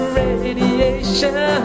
radiation